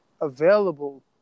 available